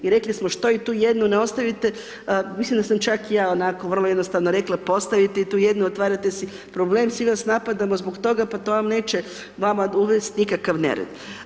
I rekli smo što i tu jednu ne ostavite, mislim da sam čak i ja onako vrlo jednostavno rekla pa ostavite i tu jednu, otvarate si problem svi vas napadamo zbog toga pa to vam neće vama uvesti nikakav nered.